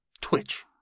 twitch